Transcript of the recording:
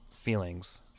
feelings